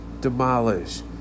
demolish